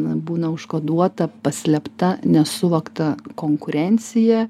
būna užkoduota paslėpta nesuvokta konkurencija